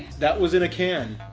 that was in a can